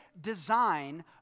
design